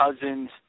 Cousins